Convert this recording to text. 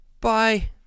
Bye